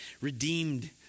redeemed